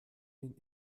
den